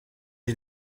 des